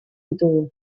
ditugu